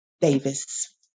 Davis